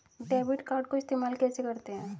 Debit card को इस्तेमाल कैसे करते हैं?